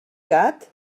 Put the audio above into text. gat